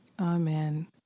Amen